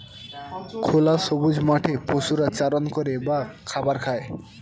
খোলা সবুজ মাঠে পশুরা চারণ করে বা খাবার খায়